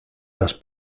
las